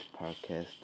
podcast